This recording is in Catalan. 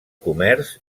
comerç